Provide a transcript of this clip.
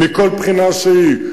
מכל בחינה שהיא.